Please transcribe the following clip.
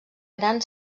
gran